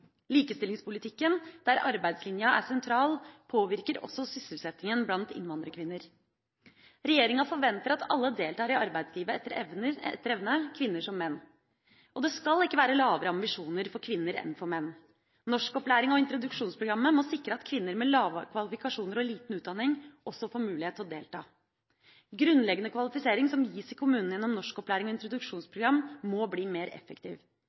Likestillingspolitikken, der arbeidslinja er sentral, påvirker også sysselsettinga blant innvandrerkvinner. Regjeringa forventer at alle deltar i arbeidslivet etter evne – kvinner som menn. Og det skal ikke være lavere ambisjoner for kvinner enn for menn. Norskopplæringa og introduksjonsprogrammet må sikre at kvinner med lave kvalifikasjoner og liten utdanning også får mulighet til å delta. Grunnleggende kvalifisering som gis i kommunene gjennom norskopplæring og introduksjonsprogram, må bli mer effektiv.